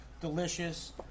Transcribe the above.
delicious